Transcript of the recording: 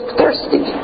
thirsty